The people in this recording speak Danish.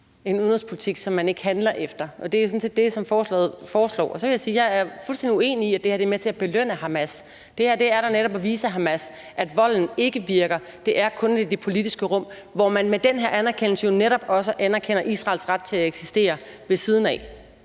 en udenrigspolitik, som man ikke handler efter, og det er sådan set det, som beslutningsforslaget foreslår. Så vil jeg sige, at jeg er fuldstændig uenig i, at det her er med til at belønne Hamas. Det her er da netop at vise Hamas, at volden ikke virker. Det er kun i det politiske rum, hvor man med den her anerkendelse jo netop også anerkender Israels ret til at eksistere ved siden af.